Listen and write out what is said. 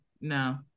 no